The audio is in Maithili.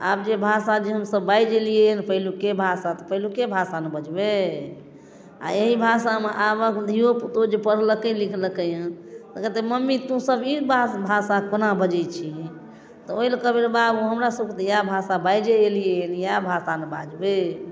आब जे भाषा जे हम सभ बाजि अयलियै पहिलुके भाषा तऽ पहिलुके भाषा ने बजबै आओर एही भाषामे आबक धियोपुतो जे पढ़लकै लिखलकै हेँ तऽ कहतै मम्मी तों सभ ई भाषा कोना बजै छिही तऽ ओइलए कहबै रौ बाबू हमरा सभके तऽ इएहे भाषा बाजि अयलिये हँ इएहे भाषा ने बाजबै